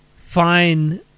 fine